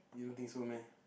you don't think so meh